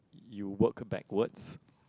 you work backwards